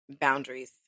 boundaries